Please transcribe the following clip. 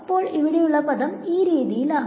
അപ്പോൾ ഇവിടെ ഉള്ള പദം ഇതാണ്